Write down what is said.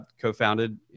co-founded